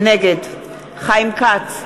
נגד חיים כץ,